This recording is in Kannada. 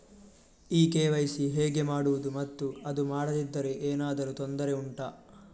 ಈ ಕೆ.ವೈ.ಸಿ ಹೇಗೆ ಮಾಡುವುದು ಮತ್ತು ಅದು ಮಾಡದಿದ್ದರೆ ಏನಾದರೂ ತೊಂದರೆ ಉಂಟಾ